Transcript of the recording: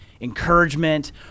encouragement